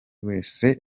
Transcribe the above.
wese